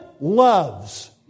Loves